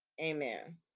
Amen